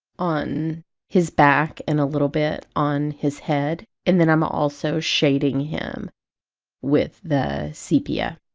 on his back and a little bit on his head, and then i'm also shading him with the sepia.